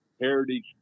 Heritage